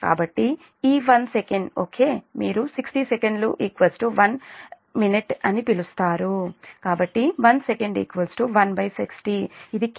కాబట్టి ఈ 1 second okay మీరు 60 సెకన్లు 1 నిమిషం అని పిలుస్తారు కాబట్టి 1 సెకండ్ 160 ఇది కేవలం అర్థమెటిక్ ఓకే